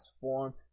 form